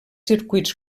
circuits